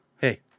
Hey